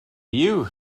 you